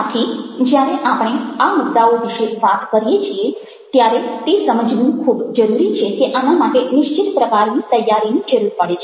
આથી જ્યારે આપણે આ મુદ્દાઓ વિશે વાત કરીએ છીએ ત્યારે તે સમજવું ખૂબ જરુરી છે કે આના માટે નિશ્ચિત પ્રકારની તૈયારીની જરૂર પડે છે